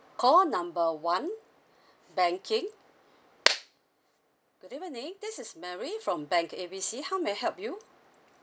call number one banking good evening this is mary from bank A B C how may I help you